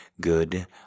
good